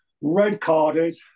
red-carded